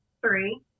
three